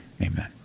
amen